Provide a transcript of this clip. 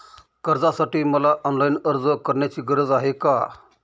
कर्जासाठी मला ऑनलाईन अर्ज करण्याची गरज आहे का?